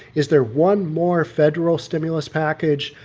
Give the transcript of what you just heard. is there one more federal stimulus package?